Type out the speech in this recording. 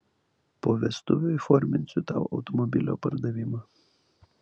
po vestuvių įforminsiu tau automobilio pardavimą